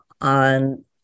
on